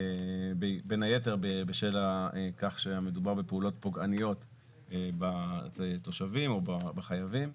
בין היתר בשל כך שמדובר בפעולות פוגעניות בתושבים או בחייבים.